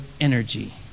energy